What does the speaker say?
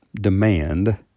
demand